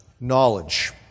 knowledge